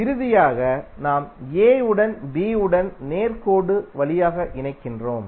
இறுதியாக நாம் a உடன் b உடன் நேர் கோடு வழியாக இணைக்கிறோம்